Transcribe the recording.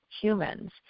humans